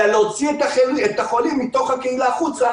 אלא להוציא את החולים מתוך הקהילה החוצה.